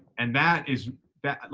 and that is that